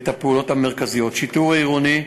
את הפעולות המרכזיות: שיטור עירוני,